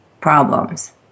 problems